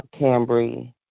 Cambry